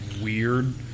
weird